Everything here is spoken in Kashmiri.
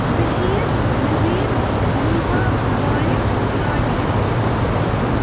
بشیٖر نزیٖر حنیٖفہ بارِق تابِش